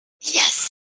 Yes